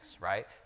right